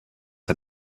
had